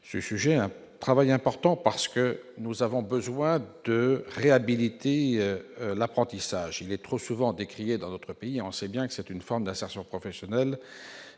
ce sujet ; il est important parce que nous avons besoin de réhabiliter l'apprentissage, qui est trop souvent décrié dans notre pays. On sait bien, pourtant, que cette forme d'insertion professionnelle